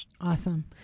Awesome